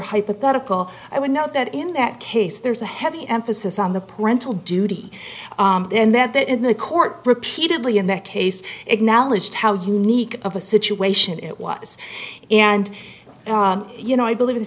hypothetical i would note that in that case there's a heavy emphasis on the parental duty then that that in the court repeatedly in that case acknowledge how unique of a situation it was and you know i believe